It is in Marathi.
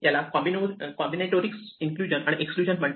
याला कॉम्बिनेटरिक्समध्ये inclusion and exclusion Inclusion and exclusion